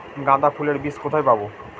গাঁদা ফুলের বীজ কোথায় পাবো?